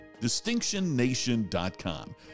DistinctionNation.com